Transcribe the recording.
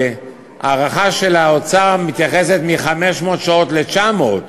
ההערכה של האוצר מתייחסת לשינוי מ-500 שעות ל-900.